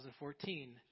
2014